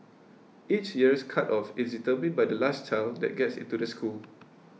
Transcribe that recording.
each year's cut off is determined by the last child that gets into the school